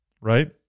right